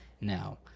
now